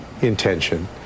intention